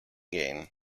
gain